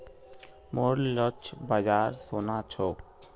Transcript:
मोर लक्ष्य बाजार सोना छोक